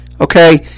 Okay